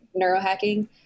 neurohacking